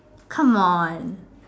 come on